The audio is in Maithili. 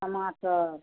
टमाटर